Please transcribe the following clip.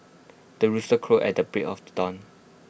the rooster crows at the break of the dawn